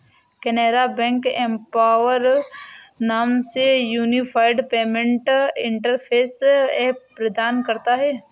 Canara bank empower नाम से unified payment interface app प्रदान करता हैं